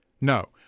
No